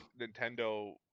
Nintendo